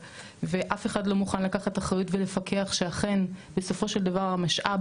ואף אחד לא מוכן לקחת אחריות ולפקח שאכן בסופו של דבר המשאב